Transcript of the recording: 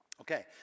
Okay